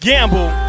Gamble